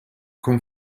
con